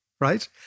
right